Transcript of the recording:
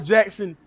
Jackson